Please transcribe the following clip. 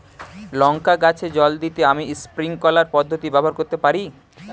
লঙ্কা গাছে জল দিতে আমি স্প্রিংকলার পদ্ধতি ব্যবহার করতে পারি?